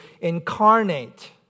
incarnate